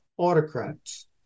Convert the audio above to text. Autocrats